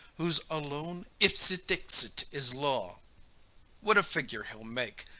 whose alone ipse ah dixit is law what a figure he'll make,